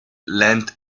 length